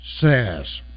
says